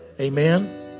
Amen